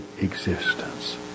existence